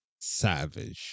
Savage